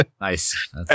Nice